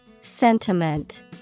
Sentiment